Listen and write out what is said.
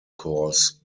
course